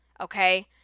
Okay